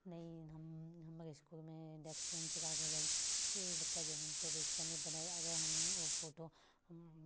ने हम हमर इसकुलमे डेस्क बेन्च छै लागल से बच्चा जमीनपर बैसकऽ नहि पढ़ै अगर हम ओ फोटो हम